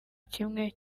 kimwe